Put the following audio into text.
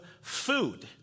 food